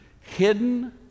hidden